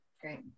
Great